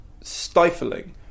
stifling